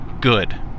good